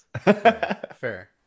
fair